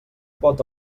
pot